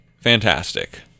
fantastic